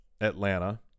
Atlanta